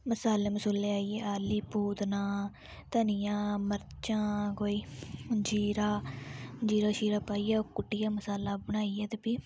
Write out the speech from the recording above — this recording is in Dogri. मसाले मसोले आई गे जियां पूतना धनियां मर्चा कोई जीरा शीरा पाइयै कुट्टी ऐ मसाला बनाइयै फ्ही